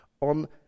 on